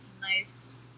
nice